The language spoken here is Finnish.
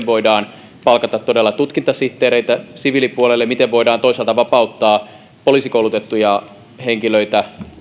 voidaan palkata tutkintasihteereitä siviilipuolelle miten voidaan toisaalta vapauttaa poliisikoulutettuja henkilöitä